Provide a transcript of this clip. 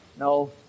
No